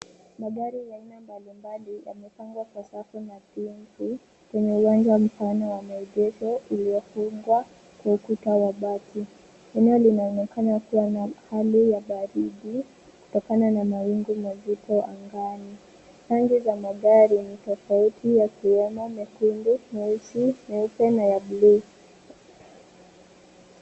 Magari ya aina mbalimbali yamepangwa kwa safu nadhifu kwenye uwanja wa mfano wa maegezo uliofungwa kwa ukuta wabati. Eneo linaonekana kuwa na hali ya baridi kutokana na mawingu mazito angani. Rangi za magari ni tofauti yakiwemo, mekundu, meusi, meupe na ya bluu.